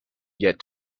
get